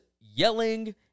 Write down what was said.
yelling